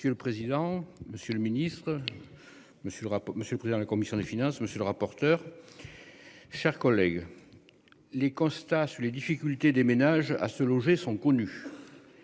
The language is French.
Monsieur le président, Monsieur le Ministre. Monsieur le monsieur le président. La commission des finances, monsieur le rapporteur. Chers collègues. Les constats sur les difficultés des ménages à se loger sont connus.